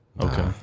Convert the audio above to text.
Okay